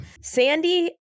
sandy